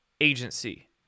Agency